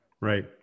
Right